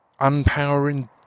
unpowering